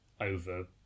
over